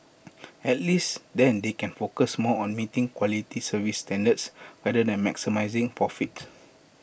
at least then they can focus more on meeting quality service standards rather than maximising profits